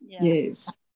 yes